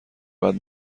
بعد